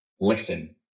listen